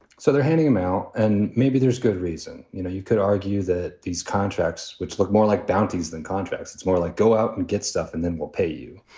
so they're handing them out. and maybe there's good reason, you know, you could argue that these contracts, which look more like bounties than contracts. it's more like go out and get stuff and then we'll pay you.